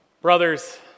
Brothers